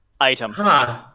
Item